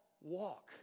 walk